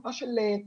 בתקופה של חירום,